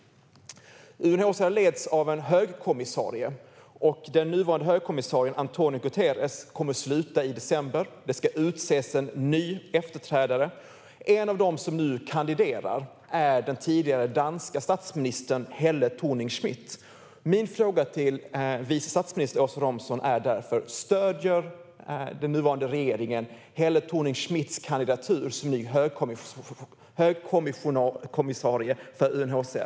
UNHCR leds av en högkommissarie. Den nuvarande högkommissarien António Guterres kommer att sluta i december. Det ska utses en ny efterträdare. En av dem som nu kandiderar är den tidigare danska statsministern Helle Thorning-Schmidt. Min fråga till vice statsminister Åsa Romson är om den nuvarande regeringen stöder Helle Thorning-Schmidts kandidatur som ny högkommissarie för UNHCR.